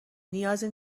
نیازی